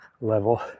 level